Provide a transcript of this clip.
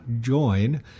join